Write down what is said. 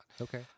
Okay